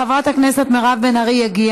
חברת הכנסת בן ארי,